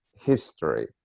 history